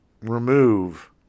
remove